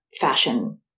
fashion